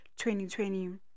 2020